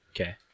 Okay